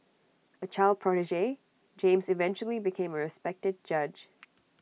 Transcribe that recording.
A child prodigy James eventually became A respected judge